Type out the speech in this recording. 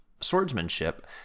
swordsmanship